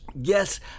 Yes